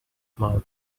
mouth